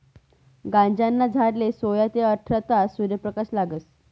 गांजाना झाडले सोया ते आठरा तास सूर्यप्रकाश लागस